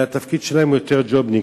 והתפקיד שלהם הוא יותר של ג'ובניק.